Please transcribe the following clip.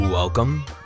Welcome